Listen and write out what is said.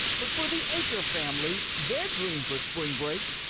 but for the acker family, their dream for spring break.